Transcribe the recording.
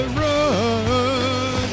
run